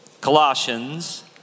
Colossians